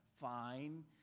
Fine